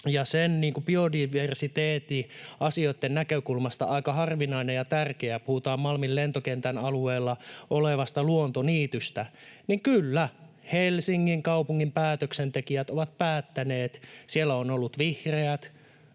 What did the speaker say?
ja biodiversiteettiasioitten näkökulmasta aika harvinainen ja tärkeä, puhutaan Malmin lentokentän alueella olevasta luontoniitystä, niin kyllä, Helsingin kaupungin päätöksentekijät ovat päättäneet — siellä ovat olleet vihreät,